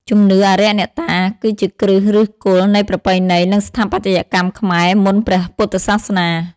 ជំនឿអារក្សអ្នកតា គឺជាគ្រឹះឫសគល់នៃប្រពៃណីនិងស្ថាបត្យកម្មខ្មែរមុនព្រះពុទ្ធសាសនា។